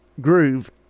Groove